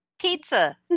Pizza